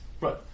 Right